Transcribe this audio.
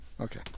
Okay